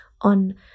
on